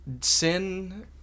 sin